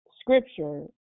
scripture